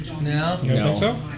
no